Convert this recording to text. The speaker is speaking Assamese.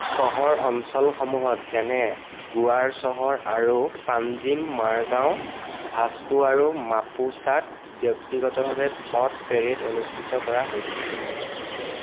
চহৰ অঞ্চলসমূহত যেনে গোৱাৰ চহৰ আৰু পাঞ্জিম মাৰগাওঁ ভাস্কো আৰু মাপোছাত ব্যক্তিগতভাৱে ফ্ল'ট পেৰেড অনুষ্ঠিত কৰা হৈছিল